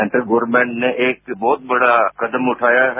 centre government ने एक बहुत बड़ा कदम उठाया है